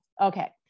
Okay